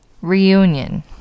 Reunion